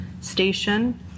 station